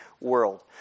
world